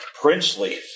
princely